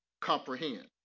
comprehend